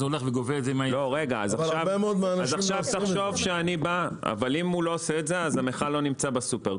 אבל אם הוא לא עושה את זה, המכל לא נמצא בסופר.